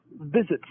visits